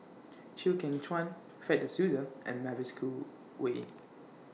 Chew Kheng Chuan Fred De Souza and Mavis Khoo Oei